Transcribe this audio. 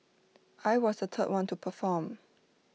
I was the third one to perform